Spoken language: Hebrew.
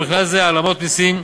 ובכלל זה העלמות מסים,